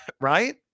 Right